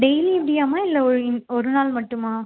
daily இப்படியாம்மா இல்லை ஒரு நாள் மட்டுமா